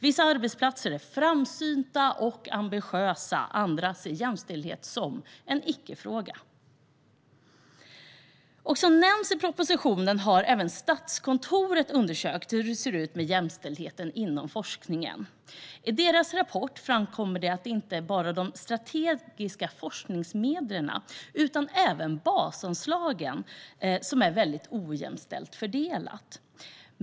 Vissa arbetsplatser är framsynta och ambitiösa, andra ser jämställdhet som en icke-fråga. Som nämns i propositionen har även Statskontoret undersökt hur det ser ut med jämställdheten inom forskningen. I deras rapport framkommer det att inte bara de strategiska forskningsmedlen utan även basanslagen är väldigt ojämställt fördelade.